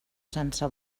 sense